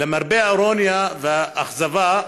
למרבה האירוניה והאכזבה,